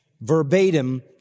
verbatim